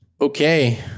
Okay